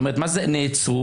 מה זה נעצרו?